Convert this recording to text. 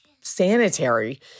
sanitary